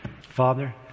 Father